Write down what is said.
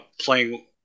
playing